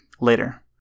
later